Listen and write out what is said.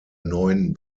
neuen